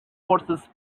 forces